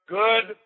good